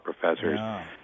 professors